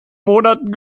monaten